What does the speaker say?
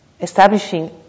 establishing